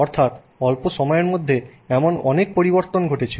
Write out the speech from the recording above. অর্থাৎ অল্প সময়ের মধ্যে এমন অনেক পরিবর্তন ঘটেছে